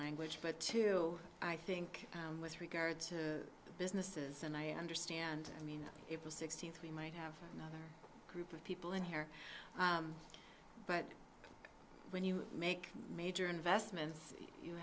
language but to i think with regards to businesses and i understand i mean it was sixty three might have another group of people in here but when you make major investments you